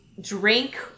drink